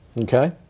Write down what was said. Okay